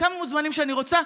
כמה מוזמנים שאני רוצה,